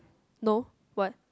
no what